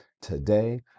today